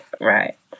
right